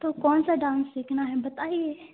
तो कौन सा डांस सीखना है बताइए